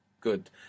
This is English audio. Good